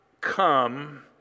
come